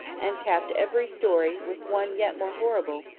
and capped every story with one yet more horrible,